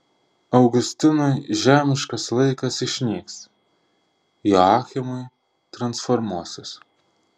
augustinui žemiškas laikas išnyks joachimui transformuosis